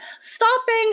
stopping